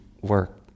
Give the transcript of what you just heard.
work